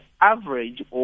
average